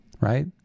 right